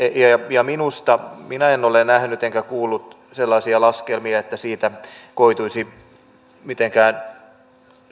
ja minä en ole nähnyt enkä kuullut sellaisia laskelmia että siitä koituisi mitenkään